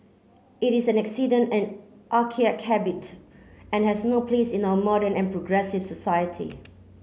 it is an accident and archaic habit and has no place in our modern and progressive society